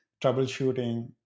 troubleshooting